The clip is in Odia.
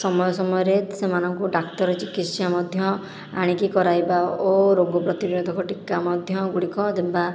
ସମୟ ସମୟରେ ସେମାନଙ୍କୁ ଡାକ୍ତର ଚିକିତ୍ସା ମଧ୍ୟ ଆଣିକି କରାଇବା ଓ ରୋଗ ପ୍ରତିରୋଧକ ଟୀକା ମଧ୍ୟ ଗୁଡ଼ିକ ଦେବା